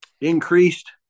increased